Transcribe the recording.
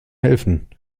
helfen